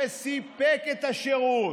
שסיפק את השירות,